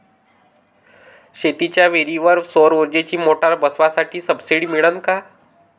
शेतीच्या विहीरीवर सौर ऊर्जेची मोटार बसवासाठी सबसीडी मिळन का?